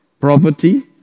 property